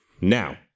Now